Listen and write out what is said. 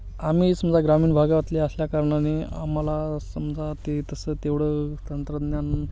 आम्ही समजा ग्रामीण भागातले असल्याकारणाने आम्हाला समजा ते तसं तेवढं तंत्रज्ञान